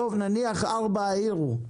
נניח שארבעה העירו,